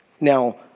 Now